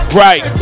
right